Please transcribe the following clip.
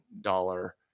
dollar